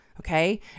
Okay